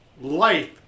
life